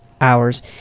hours